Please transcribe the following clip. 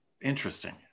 interesting